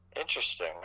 Interesting